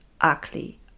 ugly